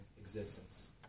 existence